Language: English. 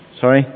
sorry